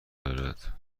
دارد